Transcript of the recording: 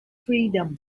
freedom